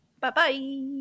Bye-bye